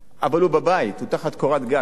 אבל הוא בבית, הוא תחת קורת גג.